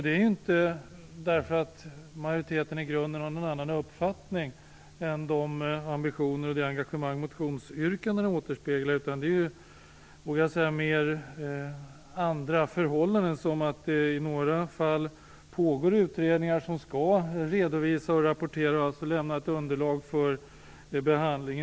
Det beror inte på att majoriteten i grunden har någon annan uppfattning än de ambitioner och det engagemang som avspeglas i motionsyrkandena, utan det beror mer på andra förhållanden, t.ex. att det i några fall pågår utredningar som skall redovisa, rapportera och lämna ett underlag för behandling.